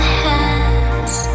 hands